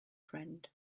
friend